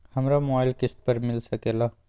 हमरा मोबाइल किस्त पर मिल सकेला?